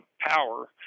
power